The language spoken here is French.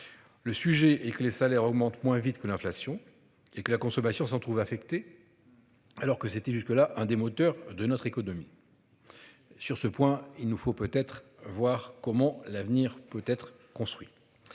Le sujet et que les salaires augmentent moins vite que l'inflation et que la consommation s'en trouver affectée. Alors que c'était jusque-là un des moteurs de notre économie. Sur ce point, il nous faut peut être voir comment l'avenir peut être construit.